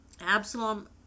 Absalom